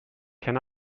can